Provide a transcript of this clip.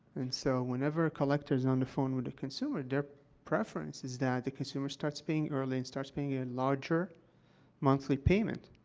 and so whenever a collector is on the phone with a consumer, their preference is that the consumer starts paying early and starts paying a larger monthly payment,